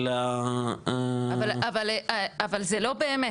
אבל זה לא באמת,